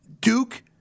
Duke